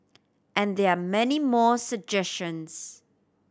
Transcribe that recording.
and there are many more suggestions